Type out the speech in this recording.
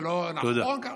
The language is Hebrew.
זה גם לא נכון.